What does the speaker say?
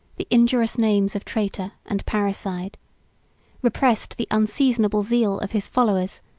the injurious names of traitor and parricide repressed the unseasonable zeal of his followers,